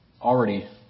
already